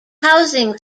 housing